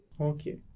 Okay